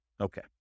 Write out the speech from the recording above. Okay